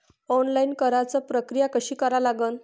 Online कराच प्रक्रिया कशी करा लागन?